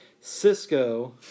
Cisco